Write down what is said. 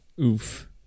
Oof